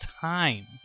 time